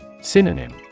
Synonym